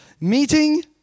Meeting